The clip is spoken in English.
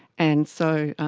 and so